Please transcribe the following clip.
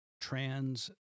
trans